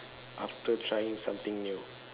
after trying something new